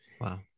Wow